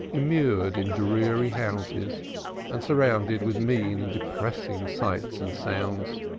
immured in dreary houses and surrounded with mean and depressing sights and sounds,